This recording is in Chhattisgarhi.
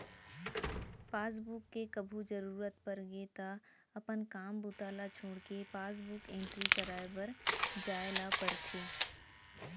पासबुक के कभू जरूरत परगे त अपन काम बूता ल छोड़के पासबुक एंटरी कराए बर जाए ल परथे